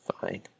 fine